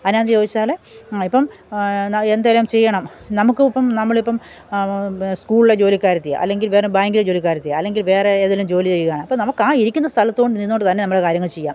അതിനകത്ത് ചോദിച്ചാൽ ഇപ്പം എന്തെങ്കിലും ചെയ്യണം നമുക്കും ഇപ്പം നമ്മളിപ്പം സ്കൂളിലെ ജോലിക്കാരിയാണ് അല്ലെങ്കിൽ വേറെ ബാങ്കിലെ ജോലിക്കാരിയാണ് അല്ലെങ്കിൽ വേറെ ഏതെങ്കിലും ജോലി ചെയ്യുകയാണ് അപ്പം നമുക്ക് ആ ഇരിക്കുന്ന സ്ഥലത്ത് കൊ നിന്നുകൊണ്ടു തന്നെ നമ്മളെ കാര്യങ്ങള് ചെയ്യാം